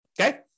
okay